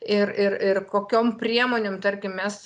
ir ir ir kokiom priemonėm tarkim mes